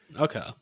Okay